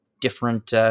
different